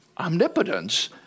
omnipotence